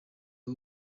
w’u